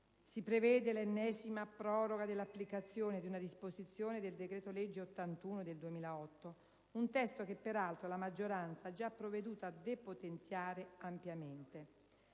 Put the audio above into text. Si prevede l'ennesima proroga dell'applicazione di una disposizione del decreto legislativo n. 81 del 2008, un testo che, peraltro, la maggioranza ha già provveduto a depotenziare ampiamente.